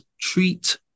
treat